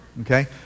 okay